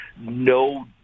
no